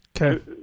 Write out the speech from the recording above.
Okay